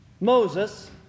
Moses